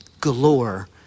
galore